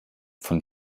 von